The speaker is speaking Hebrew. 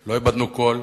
לא איבדנו כול,